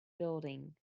building